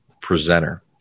presenter